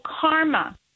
karma